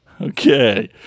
Okay